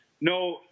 No